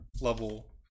level